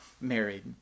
married